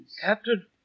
Captain